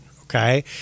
Okay